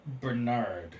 Bernard